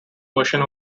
version